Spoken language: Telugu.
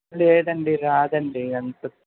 లేదండి రాదండి అంత